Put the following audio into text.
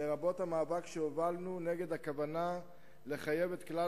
לרבות המאבק שהובלנו נגד הכוונה לחייב את כלל